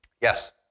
Yes